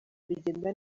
bigenda